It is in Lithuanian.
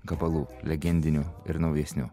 gabalų legendinių ir naujesnių